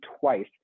twice